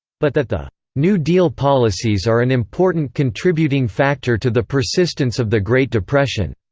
but that the new deal policies are an important contributing factor to the persistence of the great depression.